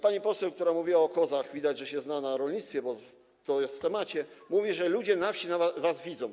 Pani poseł, która mówiła o kozach, widać że się zna na rolnictwie, bo to jest na temat, mówi, że ludzie na wsi nas widzą.